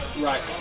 Right